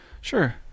sure